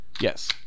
Yes